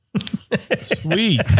sweet